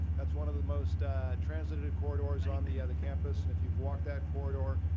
that's one of the most transited corridors on the ah the campus and if you've walked that corridor,